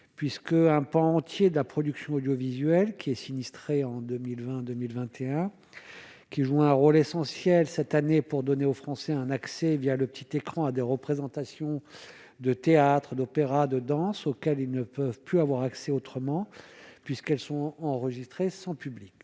puisque un pan entier de la production audiovisuelle qui est sinistré en 2020, 2021, qui joue un rôle essentiel cette année pour donner aux Français un accès via le petit écran à des représentations de théâtre, d'opéra de danse auxquels ils ne peuvent plus avoir accès autrement puisqu'elles sont enregistrées sans public,